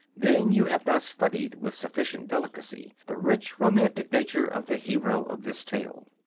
then you have not studied with sufficient delicacy the rich romantic nature of the hero of this tale.